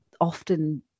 often